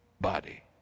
body